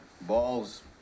balls